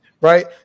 right